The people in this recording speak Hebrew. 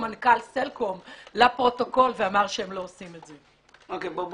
זה לא קורה.